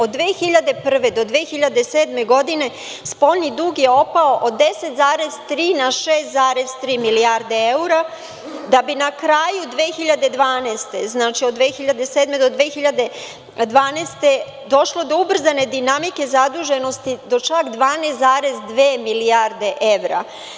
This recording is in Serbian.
Od 2001. godine do 2007. godine, spoljni dug je opao od 10,3 na 6,3 milijarde evra, da bi na kraju 2012. godine, znači od 2007. godine do 2012. godine došlo do ubrzane dinamike zaduženosti do čak 12,2 milijarde evra.